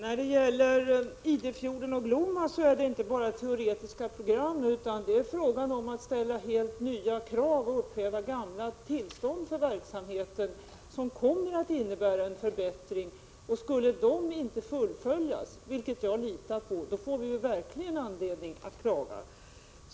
Fru talman! För Idefjorden och Glomma är det inte bara fråga om teoretiska program utan om att ställa helt nya krav på och upphäva gamla tillstånd för verksamheten, vilket kommer att innebära en förbättring. Jag litar på att de kraven kommer att uppfyllas, men skulle de inte göra det, får vi verkligen anledning att klaga.